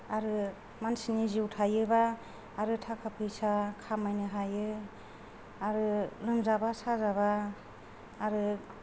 आरो मानसिनि जिउ थायोब्ला आरो थाखा फैसा खामायनो हायो आरो लोमजाबा साजाब्ला आरो